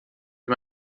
wie